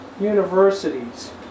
universities